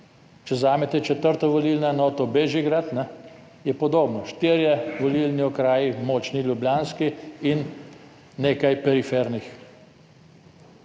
Če vzamete četrto volilno enoto Bežigrad, je podobno štirje volilni okraji, močni ljubljanski in nekaj perifernih.